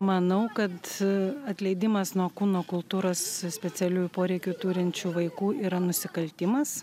manau kad atleidimas nuo kūno kultūros specialiųjų poreikių turinčių vaikų yra nusikaltimas